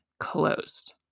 closed